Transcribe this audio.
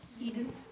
Eden